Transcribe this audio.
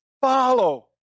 follow